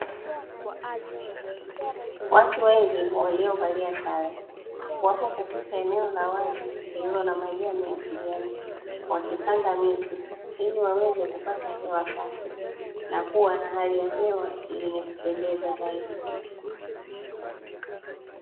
Watu wengi waliovalia sare, wapo katika eneo la wazi lililo na majani ya kijani, wakipanda miti ili waweze kupata hewa safi na kuwa na hali ya hewa yenye kupendeza zaidi.